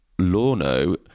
lorno